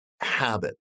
habit